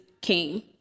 came